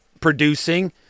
producing